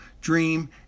dream